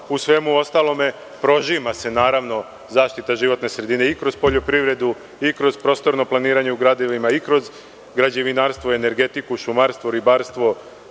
u svemu ostalom prožima se zaštita životne sredine i kroz poljoprivredu i kroz prostorno planiranje u gradovima i građevinarstvo, energetiku, šumarstvo, ribarstvo,